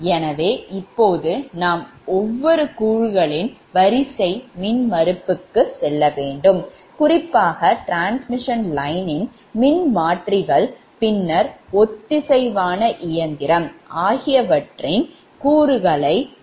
எனவே இப்போது நாம் ஒவ்வொரு கூறுகளின் வரிசை மின்மறுப்புக்கு செல்ல வேண்டும் குறிப்பாக டிரான்ஸ்மிஷன் லைன் மின்மாற்றிகள் பின்னர் ஒத்திசைவான இயந்திரம்